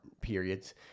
periods